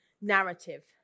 narrative